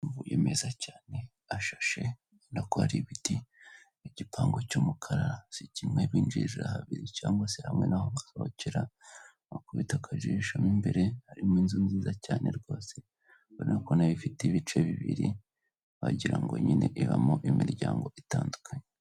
Amabuye meza cyane ashashe nako hari ibiti ,igipangu cy'umukara si kimwe binjirira habiri cyangwa se hamwe naho basohokera bakubita akajisho mo imbere harimo inzu nziza cyane rwose ubona ko nayo ifite ibice bibiri wagirango nyine ibamo imiryango itandukanye.